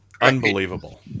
unbelievable